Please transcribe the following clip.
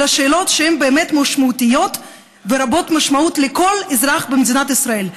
אלא שאלות שהן באמת משמעותיות ורבות-משמעות לכל אזרח במדינת ישראל,